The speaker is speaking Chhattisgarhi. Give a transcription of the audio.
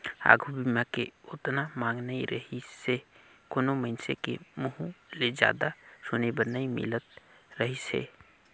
आघू बीमा के ओतना मांग नइ रहीसे कोनो मइनसे के मुंहूँ ले जादा सुने बर नई मिलत रहीस हे